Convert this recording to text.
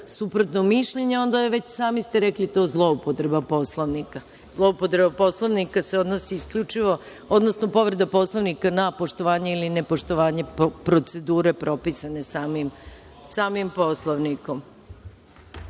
suprotno mišljenje, onda je već, sami ste rekli, to zloupotreba Poslovnika. Zloupotreba Poslovnika se odnosi isključivo, odnosno povreda Poslovnika na poštovanje ili nepoštovanje procedure propisane samim Poslovnikom.(Marko